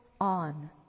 on